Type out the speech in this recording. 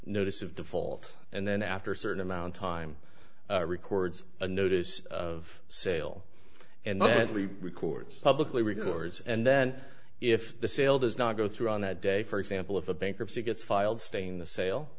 notice of default and then after a certain amount time records a notice of sale and madly records publicly records and then if the sale does not go through on that day for example if a bankruptcy gets filed stating the sale